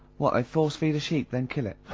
what, they force-feed a sheep, then kill it?